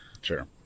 Sure